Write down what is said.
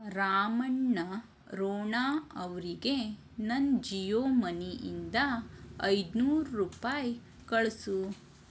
ರಾಮಣ್ಣ ರೋಣ ಅವರಿಗೆ ನನ್ನ ಜಿಯೋ ಮನಿ ಇಂದ ಐದುನೂರು ರೂಪಾಯಿ ಕಳಿಸು